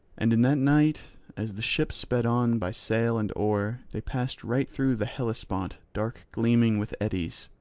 and in that night, as the ship sped on by sail and oar, they passed right through the hellespont dark-gleaming with eddies.